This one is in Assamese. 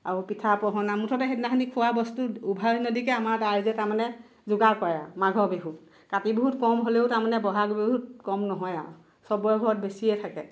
আৰু পিঠা পনা মুঠতে সেইদিনাখনি খোৱা বস্তু উভৈনদীকে আমাৰ ৰাইজে তাৰমানে যোগাৰ কৰে আৰু মাঘ বিহুত কাতি বিহুত কম হ'লেও তাৰমানে বহাগ বিহুত কম নহয় আৰু চবৰে ঘৰত বেছিয়ে থাকে